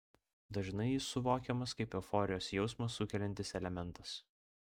dažnai jis suvokiamas kaip euforijos jausmą sukeliantis elementas